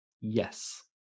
yes